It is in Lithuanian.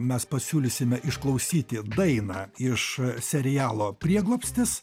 mes pasiūlysime išklausyti dainą iš serialo prieglobstis